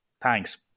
thanks